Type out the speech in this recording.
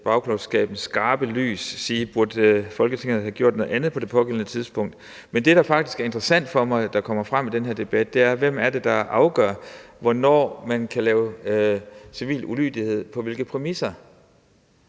klogskabens skarpe lys spørge, om Folketinget burde have gjort noget andet på det pågældende tidspunkt. Men det, det faktisk er interessant for mig kommer frem i den her debat, er, hvem det er, der afgør, hvornår man kan lave civil ulydighed og på hvilke præmisser.